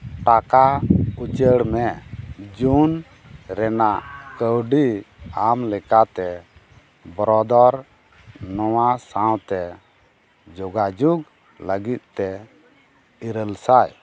ᱴᱟᱠᱟ ᱩᱪᱟᱹᱲ ᱢᱮ ᱡᱩᱱ ᱨᱮᱱᱟᱜ ᱠᱟᱹᱣᱰᱤ ᱟᱢ ᱞᱮᱠᱟᱛᱮ ᱵᱨᱚᱫᱚᱨ ᱱᱚᱣᱟ ᱥᱟᱶᱛᱮ ᱡᱳᱜᱟᱡᱳᱜᱽ ᱞᱟᱹᱜᱤᱫ ᱛᱮ ᱤᱨᱟᱹᱞ ᱥᱟᱭ